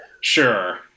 sure